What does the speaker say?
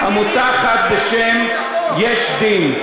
עמותה אחת בשם "יש דין",